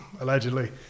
allegedly